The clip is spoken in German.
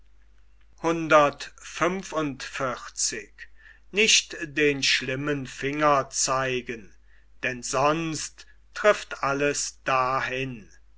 denn sonst trifft alles dahin